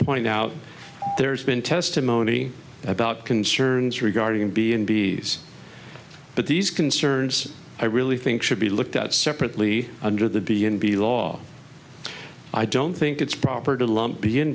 point out there's been testimony about concerns regarding b and b but these concerns i really think should be looked at separately under the b and b law i don't think it's proper to lump b